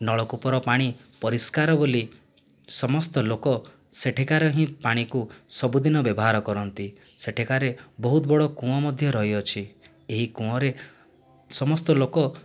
ନଳକୂପର ପାଣି ପରିଷ୍କାର ବୋଲି ସମସ୍ତ ଲୋକ ସେହିଠାର ହିଁ ପାଣିକୁ ସବୁଦିନ ବ୍ୟବହାର କରନ୍ତି ସେହିଠାରେ ବହୁତ ବଡ଼ କୂଅ ମଧ୍ୟ ରହିଅଛି ଏହି କୂଅରେ ସମସ୍ତ ଲୋକ